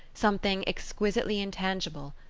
something exquisitely intangible,